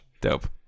Dope